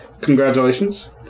Congratulations